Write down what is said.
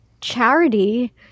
charity